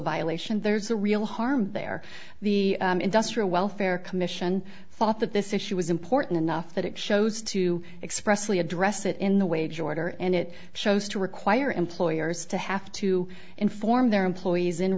violation there's a real harm there the industrial welfare commission thought that this issue was important enough that it shows to expressly address it in the way george r and it shows to require employers to have to inform their employees in